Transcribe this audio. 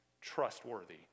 trustworthy